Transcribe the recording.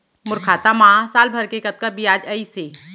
मोर खाता मा साल भर के कतका बियाज अइसे?